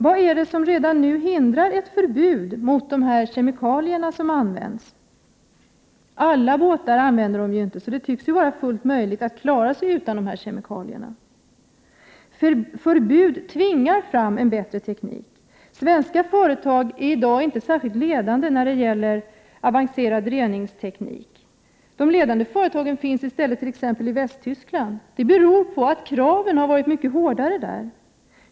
Vad är det som redan nu hindrar ett förbud när det gäller de kemikalier som används i detta sammanhang? Alla båtar använder ju inte kemikalier. Således måste det vara fullt möjligt att klara sig utan dessa. Förbud tvingar fram en bättre teknik. Svenska företag är i dag inte särskilt ledande när det gäller avancerad reningsteknik. De ledande företagen finns i stället i exempelvis Västtyskland, och det beror på att man har ställt mycket hårdare krav där.